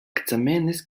ekzamenis